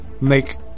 Make